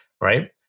right